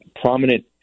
prominent